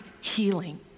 healing